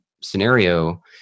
scenario